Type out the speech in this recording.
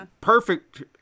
perfect